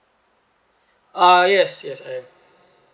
uh yes yes I am